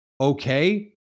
okay